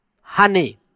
Honey